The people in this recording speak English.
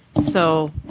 so